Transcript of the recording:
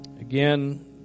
Again